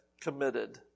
committed